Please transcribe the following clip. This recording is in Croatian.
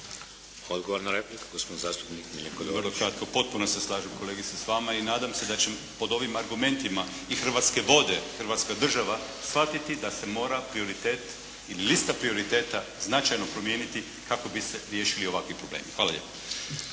(HDZ)** Odgovor na repliku. Gospodin zastupnik Miljenko Dorić. **Dorić, Miljenko (HNS)** Vrlo kratko. Potpuno se slažem kolegice s vama i nadam se da će pod ovim argumentima i Hrvatske vode, Hrvatska država shvatiti da se mora prioritet ili lista prioriteta značajno promijeniti kako bi se riješili ovakvi problemi. Hvala lijepa.